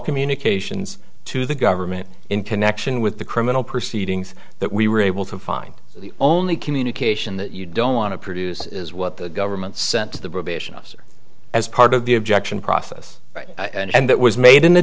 communications to the government in connection with the criminal proceedings that we were able to find the only communication that you don't want to produce is what the government sent to the probation officer as part of the objection process and that was made in the